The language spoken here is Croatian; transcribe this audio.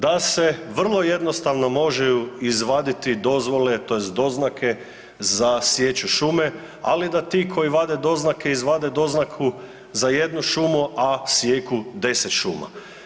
Da se vrlo jednostavno mogu izvaditi dozvole, tj. doznake za sječu šume, ali da ti koji vade doznake izvade doznaku za jednu šumu, a sijeku deset šuma.